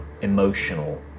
emotional